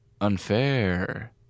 unfair